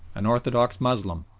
an orthodox moslem,